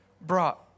brought